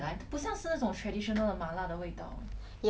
ya it just feels like they put a lot of chili oil lor